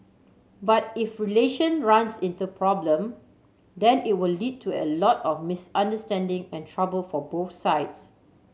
but if relation runs into problem then it will lead to a lot of misunderstanding and trouble for both sides